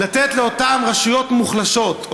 לתת לאותן רשויות מוחלשות,